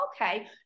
okay